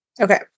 Okay